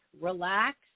relax